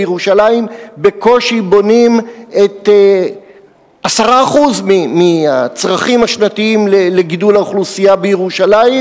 בירושלים בקושי בונים 10% מהצרכים השנתיים לגידול האוכלוסייה בירושלים.